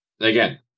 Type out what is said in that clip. again